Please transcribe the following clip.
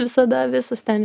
visada visas ten